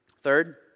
Third